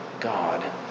God